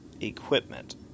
equipment